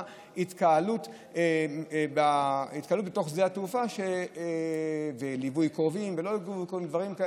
והתקהלות בתוך שדה התעופה בליווי קרובים או לא בליווי קרובים,